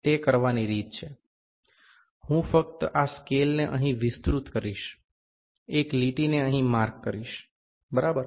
તે કરવાની રીત છે હું ફક્ત આ સ્કેલ ને અહીં વિસ્તૃત કરીશ એક લીટીને અહીં માર્ક કરીશ બરાબર